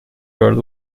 world